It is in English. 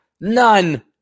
none